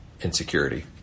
insecurity